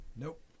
Nope